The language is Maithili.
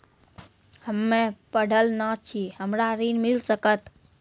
हम्मे पढ़ल न छी हमरा ऋण मिल सकत?